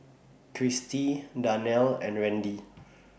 Cristi Darnell and Randy